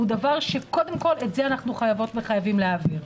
קודם כול את זה אנחנו חייבות וחייבים להעביר.